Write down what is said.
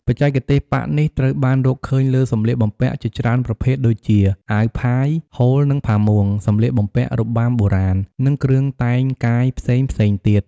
បច្ចេកទេសប៉ាក់នេះត្រូវបានរកឃើញលើសម្លៀកបំពាក់ជាច្រើនប្រភេទដូចជា អាវផាយ ហូល និងផាមួង សំលៀកបំពាក់របាំបុរាណ និងគ្រឿងតែងកាយផ្សេងៗទៀត។